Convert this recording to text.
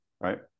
right